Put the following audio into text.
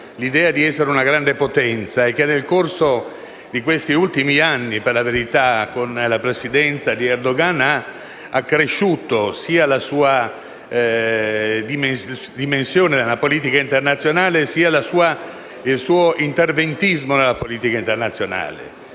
l'idea di essere una grande potenza e che nel corso di questi ultimi anni, per la verità, con la Presidenza di Erdogan, ha accresciuto sia la sua dimensione, sia il suo interventismo nella politica internazionale.